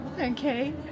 Okay